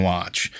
Watch